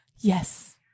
Yes